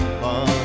fun